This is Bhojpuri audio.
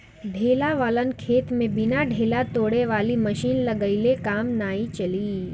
ढेला वालन खेत में बिना ढेला तोड़े वाली मशीन लगइले काम नाइ चली